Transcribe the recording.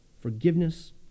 forgiveness